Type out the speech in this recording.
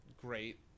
great